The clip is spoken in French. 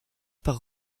par